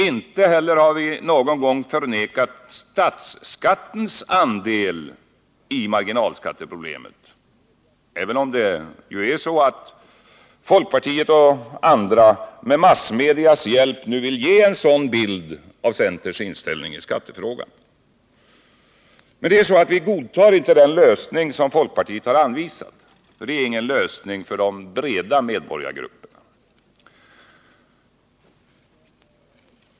Inte heller har vi någon gång förnekat statsskattens andel i marginalskatteproblemet, även om folkpartiet och andra med massmedias hjälp nu vill ge en sådan bild av centerns inställning i skattefrågan. Men vi godtar inte den lösning som folkpartiet har anvisat, för det är ingen lösning för de breda medborgargrupperna.